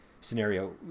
scenario